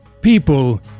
People